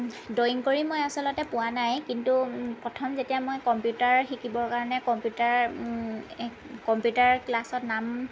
drawing কৰি মই আচলতে পোৱা নাই কিন্তু প্ৰথম যেতিয়া মই কম্পিউটাৰ শিকিবৰ কাৰণে কম্পিউটাৰ কম্পিউটাৰ ক্লাচত নাম